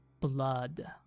blood